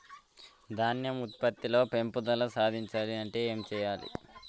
ధాన్యం ఉత్పత్తి లో పెంపుదల సాధించాలి అంటే ఏం చెయ్యాలి?